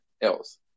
else